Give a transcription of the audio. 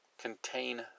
contain